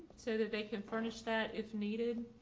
so that they can furnish that if needed?